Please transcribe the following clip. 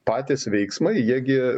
patys veiksmai jie gi